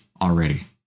already